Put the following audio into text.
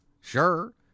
Sure